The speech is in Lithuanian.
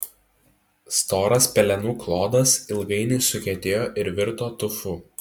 storas pelenų klodas ilgainiui sukietėjo ir virto tufu